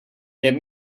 get